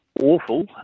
awful